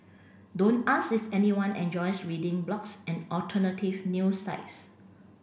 don't ask if anyone enjoys reading blogs and alternative news sites